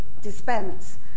dispense